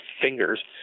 fingers